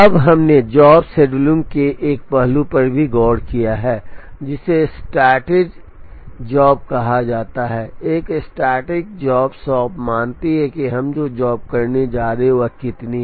अब हमने job shop scheduling के एक पहलू पर भी गौर किया है जिसे स्टैटिक जॉब शॉप कहा जाता है एक स्टैटिक जॉब शॉप मानती है कि हम जो जॉब करने जा रहे हैं वह कितनी है